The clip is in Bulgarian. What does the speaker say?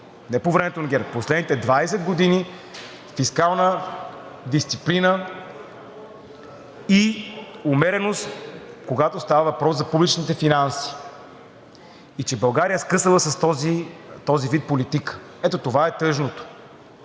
не по времето на ГЕРБ, последните 20 години фискална дисциплина и умереност, когато става въпрос за публичните финанси, и че България е скъсала с този вид политика. Ето това е тъжното.